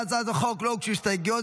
להצעת החוק לא הוגשו הסתייגויות,